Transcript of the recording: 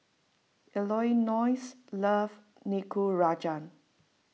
Elonzo loves Nikujaga